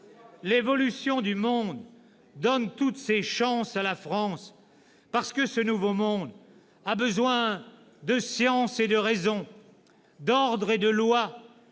L'évolution du monde donne toutes ses chances à la France ; ce nouveau monde, en effet, a besoin de science et de raison, d'ordre et de loi,